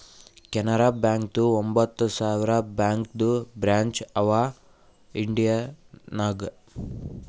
ಕೆನರಾ ಬ್ಯಾಂಕ್ದು ಒಂಬತ್ ಸಾವಿರ ಬ್ಯಾಂಕದು ಬ್ರ್ಯಾಂಚ್ ಅವಾ ಇಂಡಿಯಾ ನಾಗ್